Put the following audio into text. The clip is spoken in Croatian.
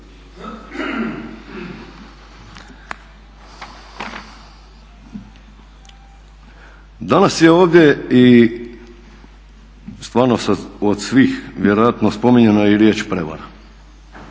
Danas je ovdje i stvarno od svih vjerojatno spominjano i riječ prevara.